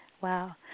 wow